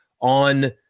on